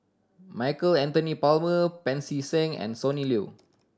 Michael Anthony Palmer Pancy Seng and Sonny Liew